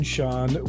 Sean